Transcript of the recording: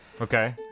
Okay